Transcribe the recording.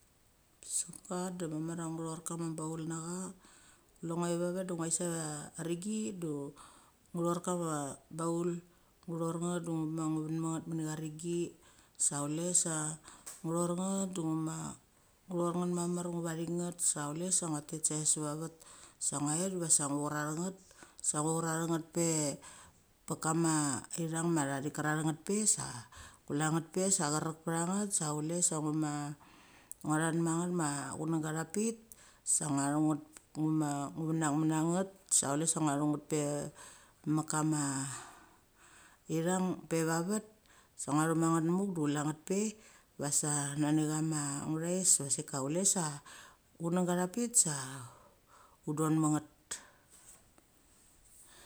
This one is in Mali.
Sopka da ma mar a ugu chor kama baul nacha. Kule ngo ve va vetda ngo thet save cha renggi du ngo chor kama baul chor nget de ngu ven ma nget meni cha renggi sa chule sa ngo chor nget du ngu ma ngo chor nget mamar ngu vathit net sa ehule sa ngia tet sa ve va vet sa ngia thet diva ngu chararek nget sa ngia charar nget pe pakama, theng ma thi kerarek nget pe sa chule nget pe sa cherk pa nget. Sa chule sa ngu ma ngo thet met nget ma chunga thak pik sa ugia thu nget ugu venak mana nget sa chule na ngia chu nget pe meka kama ithong pe va vet sa ngia chu ma nget muk de chule nget pe va sa nani chma authes va sik ka chule sa chunangga tha pik sa, udon ma nget.